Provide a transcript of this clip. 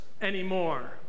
anymore